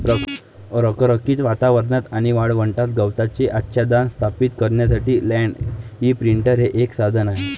रखरखीत वातावरणात आणि वाळवंटात गवताचे आच्छादन स्थापित करण्यासाठी लँड इंप्रिंटर हे एक साधन आहे